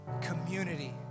community